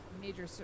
major